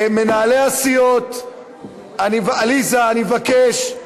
מנהלי הסיעות, עליזה, אני מבקש.